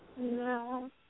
No